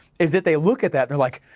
is that they look at that, they're like,